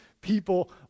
people